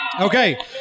Okay